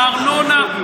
הארנונה.